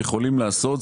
יכולים לעשות.